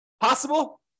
Possible